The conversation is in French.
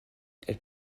elle